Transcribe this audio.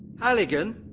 halligan,